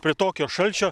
prie tokio šalčio